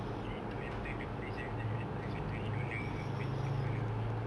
you need to enter the place every time you enter it's like twenty dollar twenty dollar